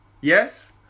Yes